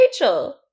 rachel